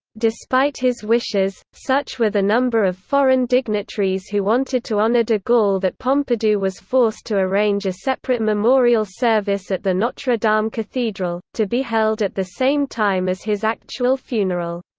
despite his wishes, such were the number of foreign dignitaries who wanted to honor de gaulle that pompidou was forced to arrange a separate memorial service at the notre-dame cathedral, to be held at the same time as his actual funeral.